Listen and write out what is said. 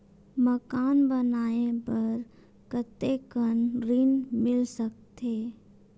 मकान बनाये बर कतेकन ऋण मिल सकथे?